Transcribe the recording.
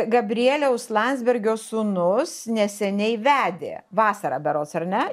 gabrieliaus landsbergio sūnus neseniai vedė vasarą berods ar ne